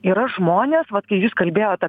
yra žmonės vat kai jūs kalbėjot